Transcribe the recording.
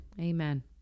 Amen